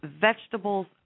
vegetables